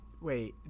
Wait